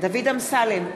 דוד אמסלם,